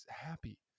happy